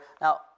Now